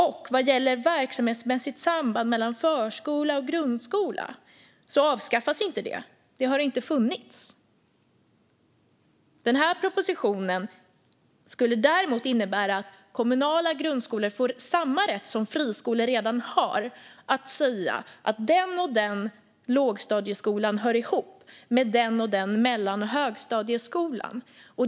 För det andra avskaffas inte verksamhetsmässigt samband mellan förskola och grundskola. Detta har inte funnits. Den här propositionen skulle däremot innebära att kommunala grundskolor får samma rätt som friskolor redan har att säga att den och den lågstadieskolan hör ihop med den och den mellan och högstadieskolan.